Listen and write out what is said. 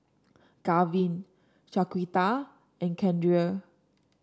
Gavin Shaquita and Keandre